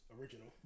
original